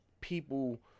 people